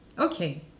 Okay